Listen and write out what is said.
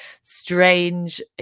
strange